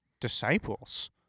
disciples